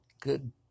good